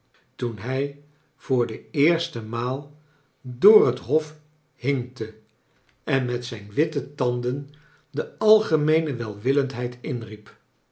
toen hij voor de eerste maal door het hof hinkte en met zijn witte tan den de algemeene